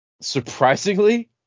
surprisingly